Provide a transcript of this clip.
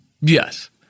Yes